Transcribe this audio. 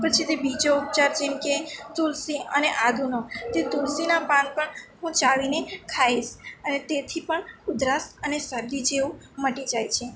પછી તે બીજો ઉપચાર જેમકે તુલસી અને આદુનો તે તુલસીનાં પાન પણ હું ચાવીને ખાઈશ અને તેથી પણ ઉધરસ અને શરદી જેવુ મટી જાય છે